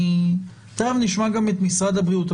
תכף נשמע גם את משרד הבריאות.